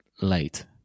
late